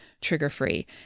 trigger-free